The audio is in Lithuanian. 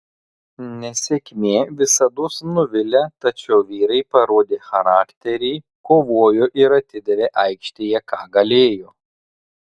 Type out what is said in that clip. nesėkmė visados nuvilia tačiau vyrai parodė charakterį kovojo ir atidavė aikštėje ką galėjo